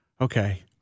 Okay